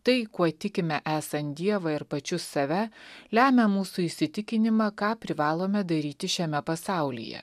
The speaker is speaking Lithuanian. tai kuo tikime esant dievą ir pačius save lemia mūsų įsitikinimą ką privalome daryti šiame pasaulyje